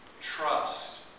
trust